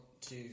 two